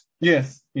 Yes